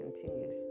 continues